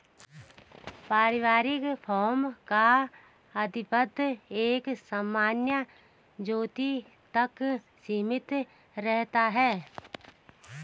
पारिवारिक फार्म का आधिपत्य एक सामान्य ज्योति तक सीमित रहता है